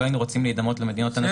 לא היינו רוצים להידמות למדינות הנחשלות.